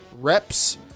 reps